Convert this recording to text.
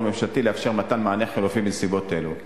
הממשלתי לאפשר מתן מענה חלופי בנסיבות אלו.